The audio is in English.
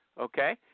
okay